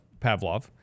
Pavlov